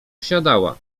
wsiadała